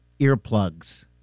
earplugs